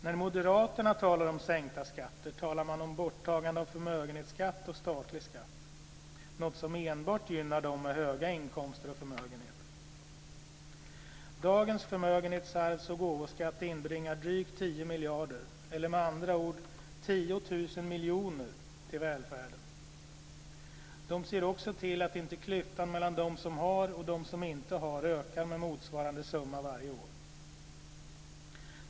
När moderaterna talar om sänkta skatter talar de om borttagande av förmögenhetsskatt och statlig skatt - något som enbart gynnar dem med höga inkomster och förmögenheter. Dagens förmögenhets-, arvs och gåvoskatt inbringar drygt 10 miljarder, eller med andra ord 10 000 miljoner, till välfärden. De ser också till att inte klyftan mellan dem som har och dem som inte har ökar med motsvarande summa varje år.